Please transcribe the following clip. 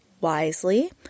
wisely